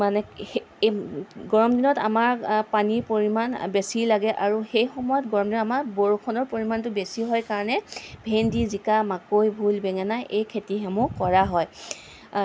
মানে গৰম দিনত আমাৰ পানীৰ পৰিমাণ বেছি লাগে আৰু সেই সময়ত গৰম দিনত আমাৰ বৰষুণৰ পৰিমাণটো বেছি হয় কাৰণে ভেন্দি জিকা মাকৈ ভোল বেঙেনা এই খেতিসমূহ কৰা হয়